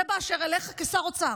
זה באשר אליך כשר האוצר.